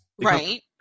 Right